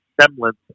semblance